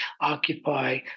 occupy